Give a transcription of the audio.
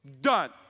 Done